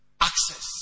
Access